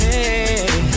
Hey